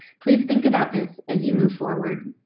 please think about this as you move forward.